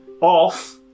off